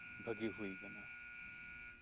ᱵᱷᱟᱹᱜᱤ ᱦᱩᱭ ᱟᱠᱟᱱᱟ